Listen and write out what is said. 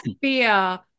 fear